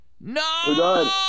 No